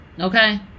okay